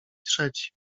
trzeci